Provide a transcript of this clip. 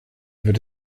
wird